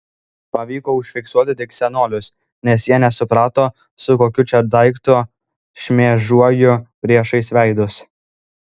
pavyko užfiksuoti tik senolius nes jie nesuprato su kokiu čia daiktu šmėžuoju priešais veidus